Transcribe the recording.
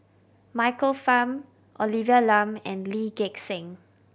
Michael Fam Olivia Lum and Lee Gek Seng